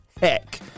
heck